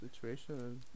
situation